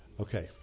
Okay